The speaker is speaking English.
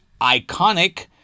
iconic